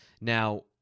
now